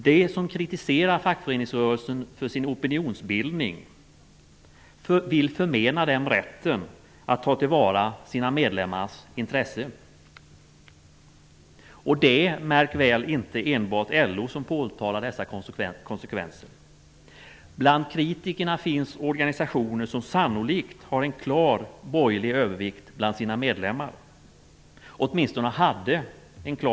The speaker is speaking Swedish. De som kritiserar fackföreningsrörelsen för dess opinionsbildning vill förmena den rätten att ta till vara sina medlemmars intressen. Och det är, märk väl, inte enbart LO som påtalar dessa konsekvenser. Bland kritikerna finns organisationer som sannolikt har -- eller åtminstone hade -- en klar borgerlig övervikt bland sina medlemmar.